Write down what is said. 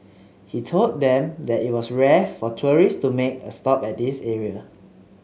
he told them that it was rare for tourist to make a stop at this area